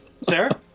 Sarah